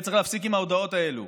וצריך להפסיק עם ההודעות האלו.